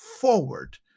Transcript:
forward